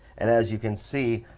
and as you can see,